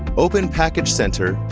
open package center,